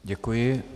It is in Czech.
Děkuji.